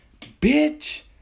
bitch